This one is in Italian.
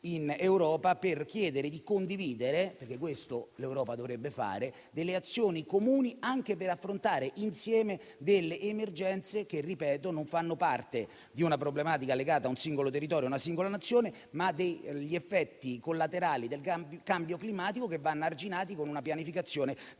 in Europa per chiedere di condividere - perché questo l'Europa dovrebbe fare - delle azioni comuni per affrontare insieme delle emergenze che - ripeto - non fanno parte di una problematica legata a un singolo territorio, a una singola Nazione, ma derivano dagli effetti collaterali del cambiamento climatico che vanno arginati con una pianificazione